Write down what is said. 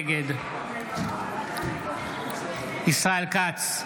נגד ישראל כץ,